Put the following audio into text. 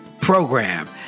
program